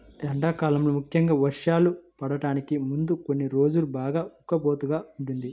ఎండాకాలంలో ముఖ్యంగా వర్షాలు పడటానికి ముందు కొన్ని రోజులు బాగా ఉక్కపోతగా ఉంటుంది